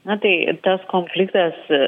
na tai ir tas konfliktas